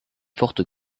forte